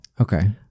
okay